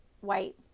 white